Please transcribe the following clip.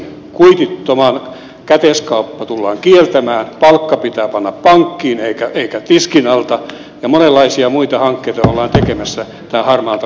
kuititon käteiskauppa tullaan kieltämään palkka pitää panna pankkiin eikä tiskin alta ja monenlaisia muita hankkeita ovat hyvässä ja harmaata